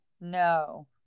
No